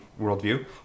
worldview